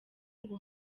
ngo